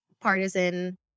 partisan